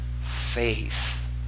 faith